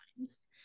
times